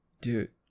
Dude